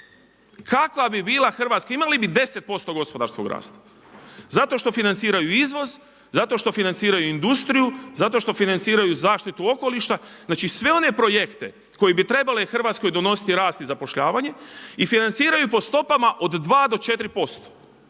Kakva bi bila hrvatska, imali bi 10% gospodarskog rasta, zato što financiraju izvoz, zato što financiraju industriju, zato što financiraju zaštitu okoliša, znači sve one projekte koji bi trebale Hrvatskoj donositi rast i zapošljavanje i financiraju po stopama od 2 do 4%.